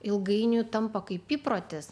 ilgainiui tampa kaip įprotis